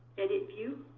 edit view.